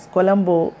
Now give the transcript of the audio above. Colombo